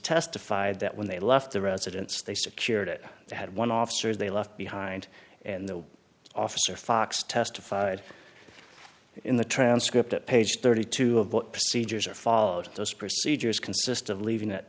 testified that when they left the residence they secured it they had one officer they left behind and the officer fox testified in the transcript at page thirty two of what procedures are followed those procedures consist of leaving at